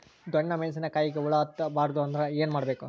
ಡೊಣ್ಣ ಮೆಣಸಿನ ಕಾಯಿಗ ಹುಳ ಹತ್ತ ಬಾರದು ಅಂದರ ಏನ ಮಾಡಬೇಕು?